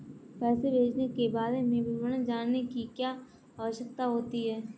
पैसे भेजने के बारे में विवरण जानने की क्या आवश्यकता होती है?